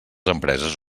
empreses